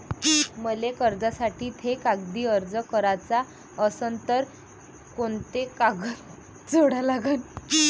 मले कर्जासाठी थे कागदी अर्ज कराचा असन तर कुंते कागद जोडा लागन?